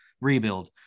rebuild